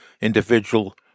individual